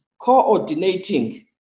coordinating